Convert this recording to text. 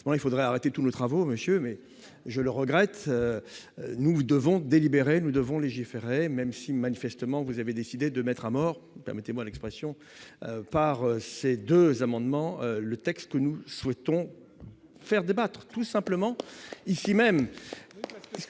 il faudrait arrêter tous les travaux, monsieur, mais je le regrette, nous devons délibérer, nous devons légiférer même si manifestement vous avez décidé de mettre à mort, permettez-moi l'expression, par ces 2 amendements, le texte que nous souhaitons faire débattre tout simplement ici même,